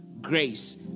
grace